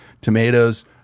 tomatoes